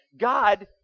God